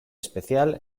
especial